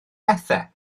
bethau